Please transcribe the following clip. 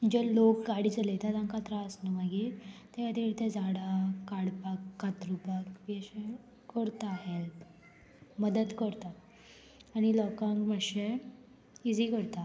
जे लोक गाडी चलयता तांकां त्रास न्हू मागीर तें खातीर ते झाडां काडपाक कातरुपाक बी अशें करता हेल्प मदत करता आनी लोकांक मातशें इजी करता